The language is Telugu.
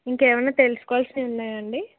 ఇంకా ఏమన్న తెలుసుకోవాల్సినవి ఉన్నాయండి